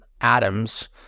atoms